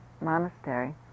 monastery